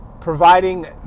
providing